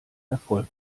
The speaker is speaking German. erfolg